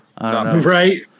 Right